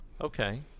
Okay